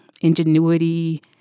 ingenuity